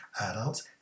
adults